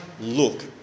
look